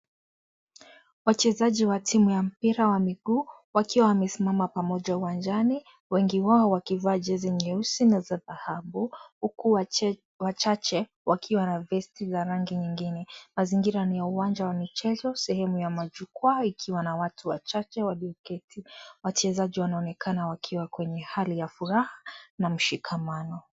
Wachezaji wa timu wa mpira wa miguu wakiwa wamesimama pamoja uwanjani ,wengi wao wakivaa jezi nyeusi na ze dhahabu huku wachache wakiwa na vesti la rangi nyingine. Mazingira ni ya uwanja wa mchezo sehemu ya majukwaa ikiwa na watu wachache wa viketi, wachezaji wanaonekana wakiwa kwenye hakinya furaha na mshikamano